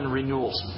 renewals